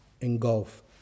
engulf